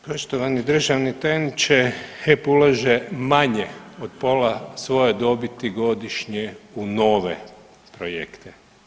Poštovani državni tajniče, HEP ulaže manje od pola svoje dobiti godišnje u nove projekte.